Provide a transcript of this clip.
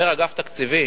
אומר אגף תקציבים: